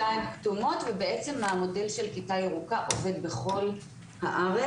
כתומות, ובעצם המודל של כיתה ירוקה עובד בכל הארץ.